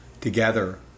together